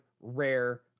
rare